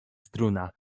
struna